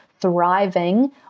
thriving